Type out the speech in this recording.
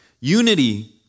Unity